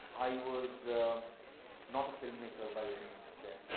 was not a filmmaker by any extent.